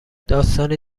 داستانی